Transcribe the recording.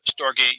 Stargate